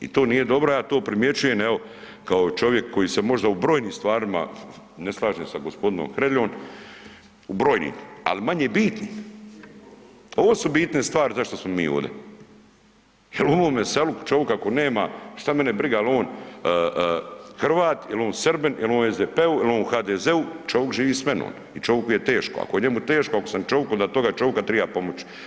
I to nije dobro, ja to primjećujem evo kao čovjek koji se možda u brojnim stvarima ne slažem sa gospodinom Hreljom u brojnim ali manje bitnim, ovo su bitne stvari zašto smo mi ovdje jer u ovome selu čovjeka ako nema, šta mene briga jel on Hrvat ili Srbin, jel on u SDP-u, jel u on HDZ-u, čovjek živi s menom i čovjeku je teško, ako je njemu teško, ako sam čovjek, onda tom čovjeku treba pomoć.